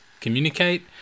communicate